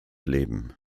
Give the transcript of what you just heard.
leben